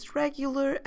regular